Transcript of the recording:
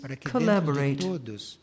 collaborate